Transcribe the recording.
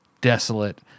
desolate